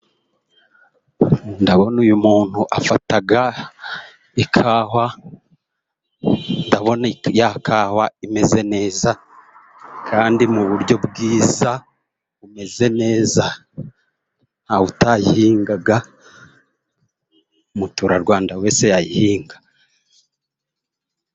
Ndabona uyu muntu afata ikawa, ndabonaka ya kawa imeze neza kandi mu buryo bwiza bumeze neza, ntawutayihinga, umuturarwanda wese yayihinga.